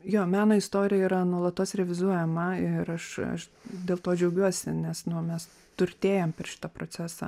jo meno istorija yra nuolatos revizuojama ir aš aš dėl to džiaugiuosi nes nu mes turtėjam per šitą procesą